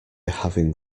having